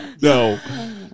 no